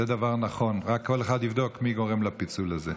זה דבר נכון, רק כל אחד יבדוק מי גורם לפיצול הזה.